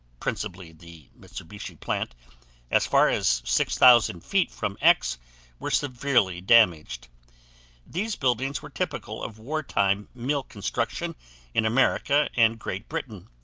principally the mitsubishi plant as far as six thousand feet from x were severely damaged these buildings were typical of wartime mill construction in america and great britain,